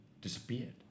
disappeared